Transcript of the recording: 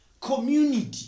community